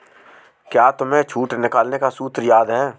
क्या तुम्हें छूट निकालने का सूत्र याद है?